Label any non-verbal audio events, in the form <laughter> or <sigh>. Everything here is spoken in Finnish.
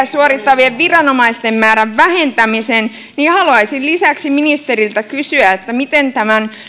<unintelligible> suorittavien viranomaisten määrän vähentämisen niin haluaisin lisäksi ministeriltä kysyä miten tämän